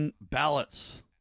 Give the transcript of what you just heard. ballots